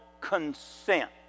consent